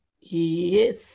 Yes